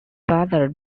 father